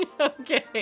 Okay